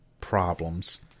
problems